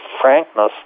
frankness